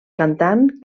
cantant